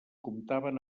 comptaven